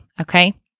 Okay